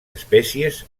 espècies